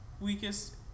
weakest